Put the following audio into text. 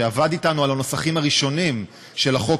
שעבד אתנו על הנוסחים הראשונים של החוק